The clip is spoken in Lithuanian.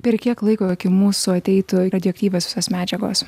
per kiek laiko iki mūsų ateitų radioaktyviosios medžiagos